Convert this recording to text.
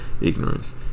ignorance